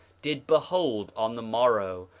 did behold on the morrow,